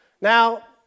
Now